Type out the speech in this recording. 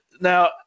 Now